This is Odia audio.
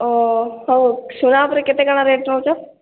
ଓ ହେଉ ସୁନା ଉପରେ କେତେ କାଣା ରେଟ୍ ନେଉଛ